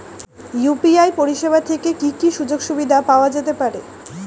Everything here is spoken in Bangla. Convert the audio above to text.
ইউ.পি.আই পরিষেবা থেকে কি কি সুযোগ সুবিধা পাওয়া যেতে পারে?